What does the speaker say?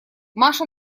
маша